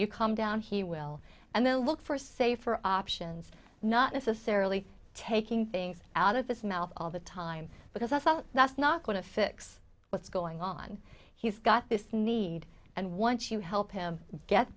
you come down he will and then look for safer options not necessarily taking things out of his mouth all the time because i thought that's not going to fix what's going on he's got this need and once you help him get